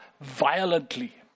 violently